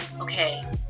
okay